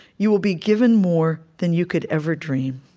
you will be given more than you could ever dream.